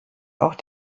auch